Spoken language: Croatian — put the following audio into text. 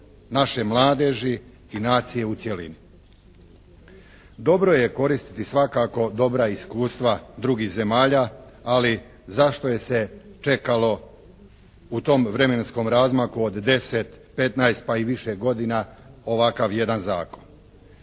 naše mladeži i nacije u cjelini. Dobro je koristiti svakako dobra iskustva drugih zemalja ali zašto je se čekalo u tom vremenskom razdoblju od 10, 15 pa i više godina ovakav jedan zakon.